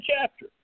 chapter